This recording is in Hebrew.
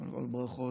קודם כול, ברכות.